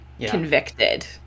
convicted